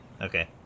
Okay